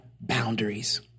boundaries